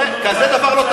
שיטה.